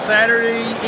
Saturday